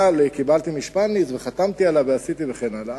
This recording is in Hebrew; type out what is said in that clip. קיבלתי משפניץ וחתמתי עליו ועשיתי וכן הלאה.